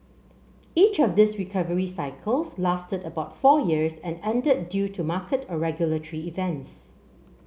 each of these recovery cycles lasted about four years and ended due to market or regulatory events